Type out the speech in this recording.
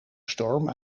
storm